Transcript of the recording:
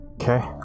Okay